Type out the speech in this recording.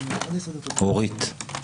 אורית,